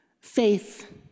faith